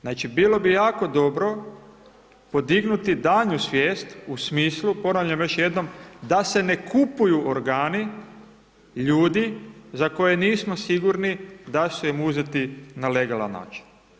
Znači, bilo bi jako dobro podignuti daljnju svijest u smislu, ponavljam još jednom, da se ne kupuju organi ljudi za koje nismo sigurni da su im uzeti na legalan način.